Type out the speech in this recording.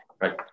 right